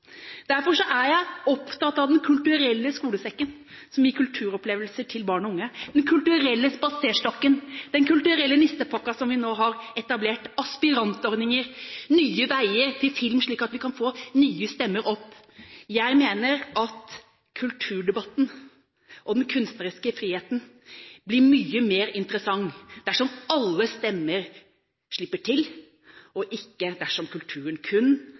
Derfor er jeg opptatt av Den kulturelle skolesekken, som gir kulturopplevelser til barn og unge, Den kulturelle spaserstokken, Den kulturelle nistepakka, som vi nå har etablert, aspirantordninger, Nye veier til film, slik at vi kan få nye stemmer opp. Jeg mener at kulturdebatten og den kunstneriske friheten blir mye mer interessant dersom alle stemmer slipper til, og ikke dersom kulturen kun